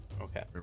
Okay